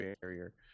barrier